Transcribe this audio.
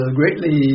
greatly